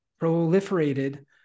proliferated